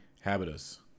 habitus